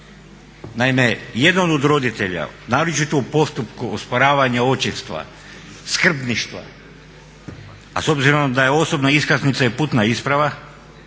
Naime jedan od roditelja, naročito u postupku osporavanja očinstva, skrbništva a s obzirom da je osobna iskaznica i putna isprava